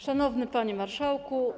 Szanowny Panie Marszałku!